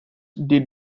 did